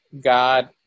God